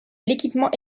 l’équipement